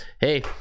hey